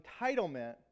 entitlement